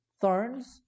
thorns